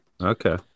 Okay